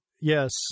Yes